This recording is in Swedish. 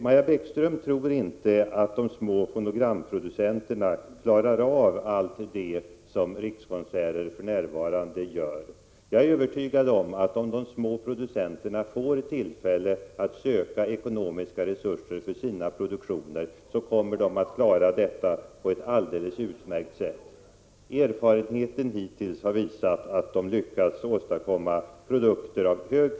Maja Bäckström tror inte att de små fonogramproducenterna klarar allt det som Rikskonserter för närvarande gör. Jag är övertygad om att om de små producenterna får tillfälle att söka ekonomiska resurser för sina produktioner kommer de att klara det på ett alldeles utmärkt sätt. Erfarenheten hittills har visat att de har lyckats åstadkomma produkter av — Prot.